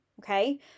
okay